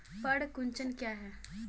पर्ण कुंचन क्या है?